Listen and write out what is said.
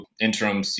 interim